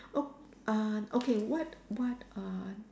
oh uh okay what what uh